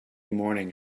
morning